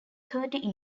thirty